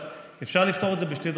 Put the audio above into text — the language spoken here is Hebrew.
אפשר לפתור את זה בשתי דרכים: